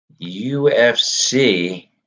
UFC